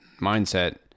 mindset